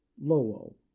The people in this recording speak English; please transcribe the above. Lowell